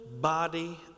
body